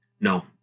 No